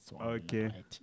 Okay